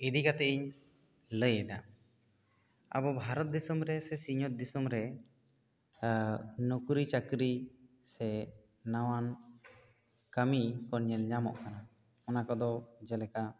ᱤᱫᱤ ᱠᱟᱛᱮ ᱤᱧ ᱞᱟᱹᱭ ᱮᱫᱟ ᱟᱵᱚ ᱵᱷᱟᱨᱚᱛ ᱫᱤᱥᱚᱢ ᱨᱮ ᱥᱮ ᱥᱤᱧᱚᱛ ᱫᱤᱥᱚᱢ ᱨᱮ ᱱᱚᱠᱨᱤ ᱪᱟᱹᱠᱨᱤ ᱥᱮ ᱱᱟᱣᱟᱱ ᱠᱟᱹᱢᱤ ᱠᱚ ᱧᱮᱞ ᱧᱟᱢᱚᱜ ᱠᱟᱱᱟ ᱚᱱᱟ ᱠᱚ ᱫᱚ ᱡᱮᱞᱮᱠᱟ